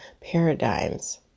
paradigms